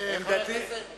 חבר הכנסת דנון,